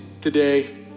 today